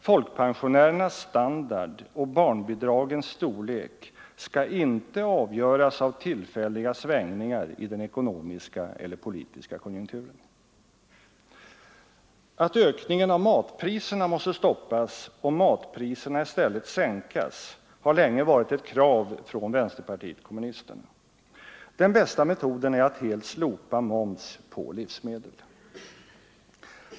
Folkpensionärernas standard och barnbidragens storlek skall inte avgöras av tillfälliga svängningar i den ekonomiska eller politiska konjunkturen. Att höjningen av matpriserna måste stoppas och matpriserna i stället sänkas har länge varit ett krav från vänsterpartiet kommunisterna. Den bästa metoden är att helt slopa moms på livsmedel.